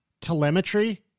telemetry